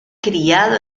criado